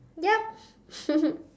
yup